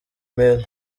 mill